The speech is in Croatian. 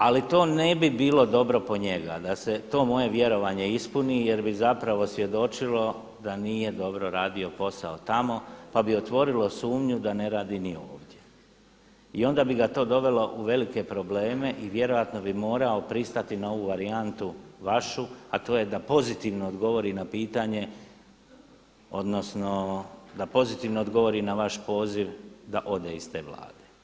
Ali to ne bi bilo dobro po njega da se to moje vjerovanje ispuni jer bi zapravo svjedočilo da nije dobro radio posao tamo pa bi otvorilo sumnju da ne radi ni ovdje i onda bi ga to dovelo u velike probleme i vjerojatno bi morao pristati na ovu varijantu vašu, a to je da pozitivno odgovori na pitanje odnosno da pozitivno odgovori na vaš poziv da ode iz te Vlade.